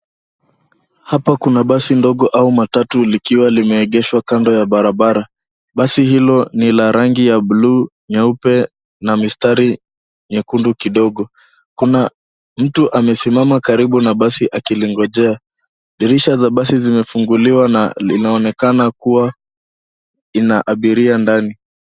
Hapa kuna basi dogo au matatu likiwa limeegeshwa kando ya barabara. Basi hilo ni la rangi ya bluu, nyeupe na mistari nyekundu kidogo. Kuna mtu amesimama karibu na basi akilingojea. Dirisha za basi zimefunguliwa na linaonekana kuwa ina abiria ndani.